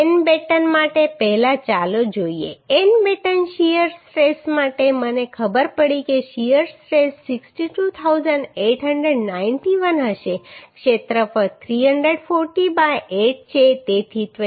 તો એન બેટન માટે પહેલા ચાલો જોઈએ એન બેટન શીયર સ્ટ્રેસ માટે મને ખબર પડી કે શીયર સ્ટ્રેસ 62891 હશે ક્ષેત્રફળ 340 બાય 8 છે તેથી 23